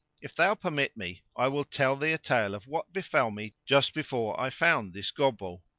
if thou permit me i will tell thee a tale of what befell me just before i found this gobbo,